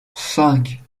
cinq